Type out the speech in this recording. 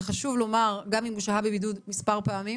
וחשוב לומר, גם אם הוא שהה בבידוד מספר פעמים